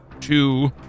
two